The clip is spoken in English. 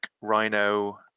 Rhino